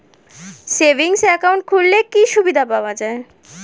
Savings account খুললে কি সুবিধা পাওয়া যায়?